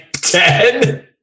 ten